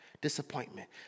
disappointment